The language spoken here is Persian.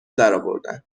درآوردن